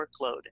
workload